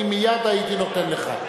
אני מייד הייתי נותן לך.